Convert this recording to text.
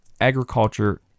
agriculture